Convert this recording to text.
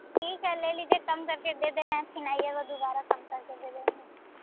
ठीक है ले लीजिए कम कर के दे दे रहे हैं फिर आइएगा दुबारा कम कर के दे देंगे